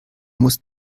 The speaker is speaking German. muss